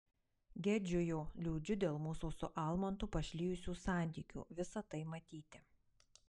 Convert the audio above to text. gedžiu jo liūdžiu dėl mūsų su almantu pašlijusių santykių visa tai matyti